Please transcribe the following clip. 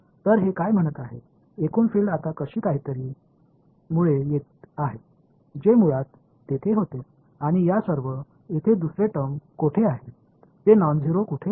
तर हे काय म्हणत आहे एकूण फील्ड आता अशा काहीतरी मुळे येत आहे जे मुळात तेथे होते आणि या सर्व येथे दुसरे टर्म कोठे आहे ते नॉन झेरो कुठे आहे